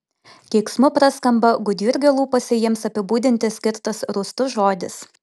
keiksmu praskamba gudjurgio lūpose jiems apibūdinti skirtas rūstus žodis